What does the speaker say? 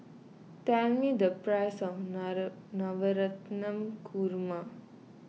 tell me the price of Korma